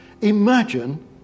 Imagine